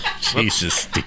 Jesus